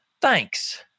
thanks